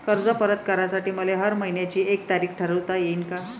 कर्ज परत करासाठी मले हर मइन्याची एक तारीख ठरुता येईन का?